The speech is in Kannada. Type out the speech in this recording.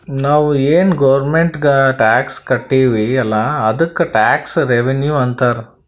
ನಾವು ಏನ್ ಗೌರ್ಮೆಂಟ್ಗ್ ಟ್ಯಾಕ್ಸ್ ಕಟ್ತಿವ್ ಅಲ್ಲ ಅದ್ದುಕ್ ಟ್ಯಾಕ್ಸ್ ರೆವಿನ್ಯೂ ಅಂತಾರ್